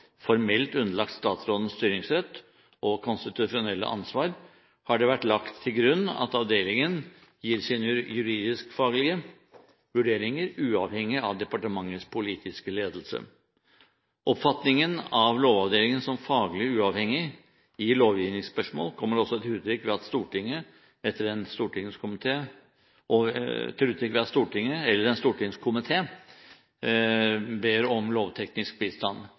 formelt underlagt statsrådens styringsrett og konstitusjonelle ansvar, har det vært lagt til grunn at avdelingen gir sine juridisk-faglige vurderinger uavhengig av departementets politiske ledelse. Oppfatningen av Lovavdelingen som faglig uavhengig i lovgivningsspørsmål kommer også til uttrykk ved at Stortinget eller en stortingskomité ber om lovteknisk bistand.